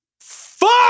fuck